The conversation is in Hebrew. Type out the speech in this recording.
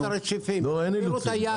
אין אילוצים.